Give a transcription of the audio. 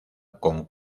con